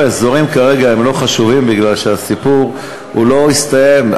האזורים כרגע לא חשובים, כי הסיפור לא הסתיים.